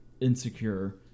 insecure